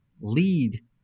lead